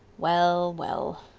well. well.